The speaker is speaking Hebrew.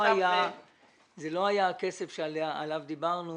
זה לא היה הכסף עליו דיברנו